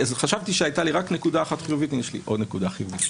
חשבתי שהייתה לי רק נקודה אחת חיובית אבל יש לי עוד נקודה חיובית.